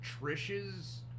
Trish's